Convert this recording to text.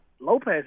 Lopez